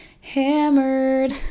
hammered